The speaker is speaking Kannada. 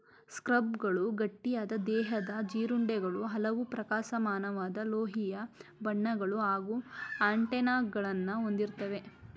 ಸ್ಕಾರಬ್ಗಳು ಗಟ್ಟಿಯಾದ ದೇಹದ ಜೀರುಂಡೆಗಳು ಹಲವು ಪ್ರಕಾಶಮಾನವಾದ ಲೋಹೀಯ ಬಣ್ಣಗಳು ಹಾಗೂ ಆಂಟೆನಾಗಳನ್ನ ಹೊಂದಿರ್ತವೆ